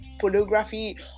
pornography